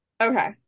Okay